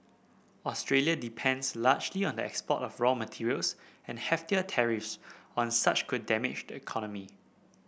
Australia depends largely on the export of raw materials and heftier tariffs on such could damage the economy